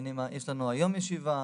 יש לנו היום ישיבה,